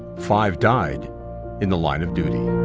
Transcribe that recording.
five died in the line of duty.